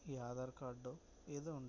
ఈ ఆధార్ కార్డో ఏదో ఉంటే